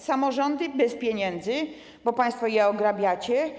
Samorządy bez pieniędzy, bo państwo je ograbiacie.